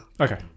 Okay